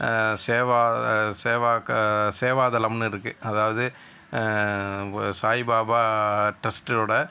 சேவா சேவாக்க சேவாதலம்னு இருக்குது அதாவது ஒரு சாய்பாபா ட்ரெஸ்ட்டோட